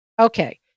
okay